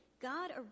God